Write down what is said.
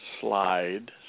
slide